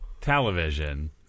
television